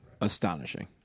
astonishing